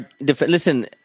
Listen